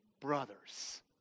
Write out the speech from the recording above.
brothers